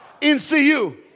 NCU